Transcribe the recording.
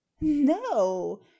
no